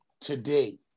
today